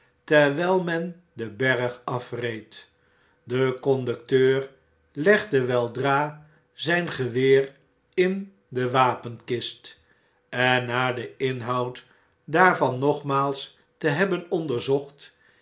terwjjl men den berg afreed de conducteur iegde weldra zfln geweer in de wapenkist en na den inhoud daarvan nogmaals te hebben